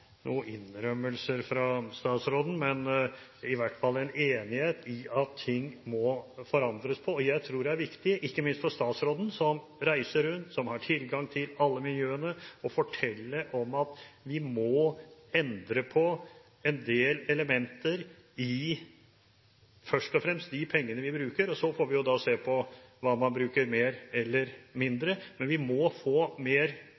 noen innrømmelser fra statsråden, så i hvert fall en enighet om at ting må forandres på. Jeg tror det er viktig – ikke minst for statsråden, som reiser rundt og har tilgang til alle miljøene – å fortelle om at vi må endre på en del elementer i først og fremst de pengene vi bruker, og så får vi se på hva man bruker mer eller mindre. Men vi må få mer